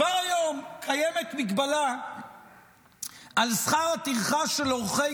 כבר היום קיימת מגבלה על שכר הטרחה של עורכי